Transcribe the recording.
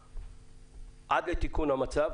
עד לתיקון המצב,